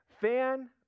Fan